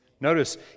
Notice